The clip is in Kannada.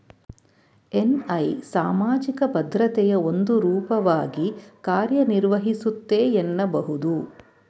ಎನ್.ಐ ಸಾಮಾಜಿಕ ಭದ್ರತೆಯ ಒಂದು ರೂಪವಾಗಿ ಕಾರ್ಯನಿರ್ವಹಿಸುತ್ತೆ ಎನ್ನಬಹುದು